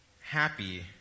happy